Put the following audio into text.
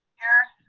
here.